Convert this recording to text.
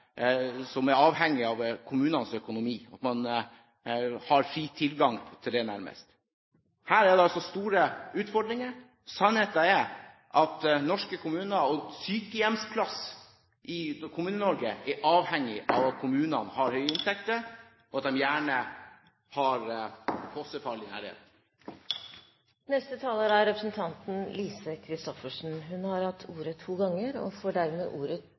som er avhengig av kommunenes økonomi, at man nærmest har fri tilgang til dem. Her er det store utfordringer. Sannheten er at en sykehjemsplass i Kommune-Norge er avhengig av at kommunen har høye inntekter, og at de gjerne har et fossefall i nærheten. Lise Christoffersen har hatt ordet to ganger og får ordet